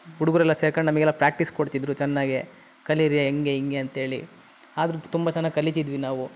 ಹುಡುಗರೆಲ್ಲ ಸೇರ್ಕಂಡು ನಮಗೆಲ್ಲ ಪ್ರಾಕ್ಟೀಸ್ ಕೊಡ್ತಿದ್ದರು ಚೆನ್ನಾಗೆ ಕಲೀರಿ ಹಾಗೆ ಹೀಗೆ ಅಂತೇಳಿ ಆದರೂ ತುಂಬ ಚೆನ್ನಾಗಿ ಕಲೀತಿದ್ವಿ ನಾವು